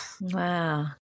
Wow